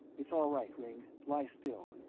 it's all right, ringg, lie still.